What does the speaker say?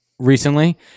Recently